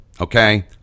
Okay